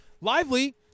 Lively –